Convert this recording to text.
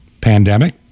pandemic